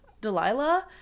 delilah